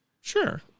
Sure